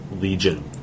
Legion